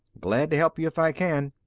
glad to help you if i can.